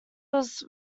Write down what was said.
was